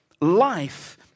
Life